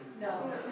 No